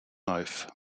life